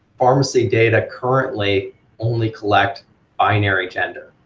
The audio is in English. pharmacy data currently only collect binary gender,